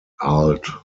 alt